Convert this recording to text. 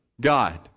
God